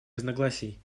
разногласий